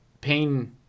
pain